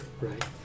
right